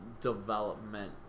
development